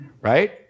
Right